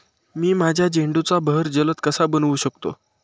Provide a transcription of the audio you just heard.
मी माझ्या झेंडूचा बहर जलद कसा बनवू शकतो?